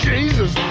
Jesus